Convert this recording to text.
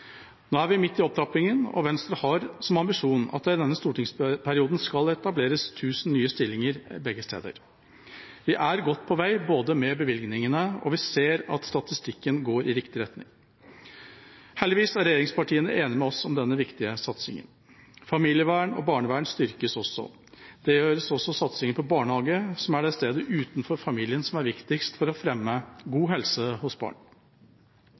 Nå er vi midt i opptrappingen, og Venstre har som ambisjon at det i denne stortingsperioden skal etableres 1 000 nye stillinger begge steder. Vi er godt på vei med bevilgningene, og vi ser at statistikken går i riktig retning. Heldigvis er regjeringspartiene enige med oss om denne viktige satsingen. Familievern og barnevern styrkes også. Det gjør også satsingen på barnehagene, som er det stedet utenfor familien som er viktigst for å fremme god helse hos barn.